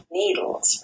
needles